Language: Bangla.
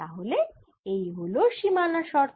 তাহলে এই হল একটি সীমানা শর্ত